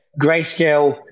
grayscale